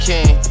King